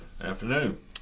Afternoon